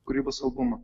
kūrybos albumą